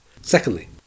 Secondly